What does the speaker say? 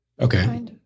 Okay